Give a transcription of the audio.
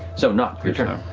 so, nott, your turn. ah